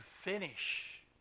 finish